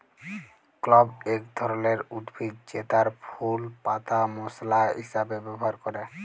clove এক ধরলের উদ্ভিদ জেতার ফুল পাতা মশলা হিসাবে ব্যবহার ক্যরে